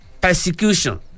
persecution